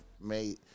made